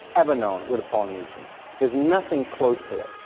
every known, were the polynesians, there's nothing close to it,